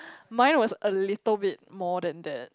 mine was a little bit more than that